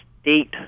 state